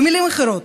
במילים אחרות,